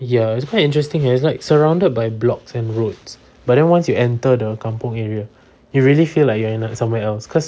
ya it's quite interesting it's like surrounded by blocks and roads but then once you enter the kampung area you really feel like you end up somewhere else cause